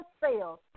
sales